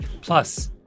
Plus